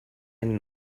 einen